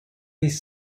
these